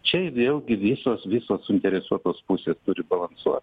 čia vėlgi visos visos suinteresuotos pusės turi balansuot